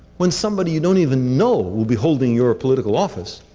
when somebody you don't even know will be holding your political office,